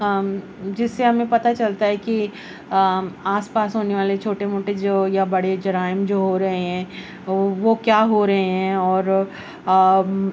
جس سے ہمیں پتا چلتا ہے کہ آس پاس ہونے والے چھوٹے موٹے جو یا بڑے جرائم جو ہو رہے ہیں وہ کیا ہو رہے ہیں اور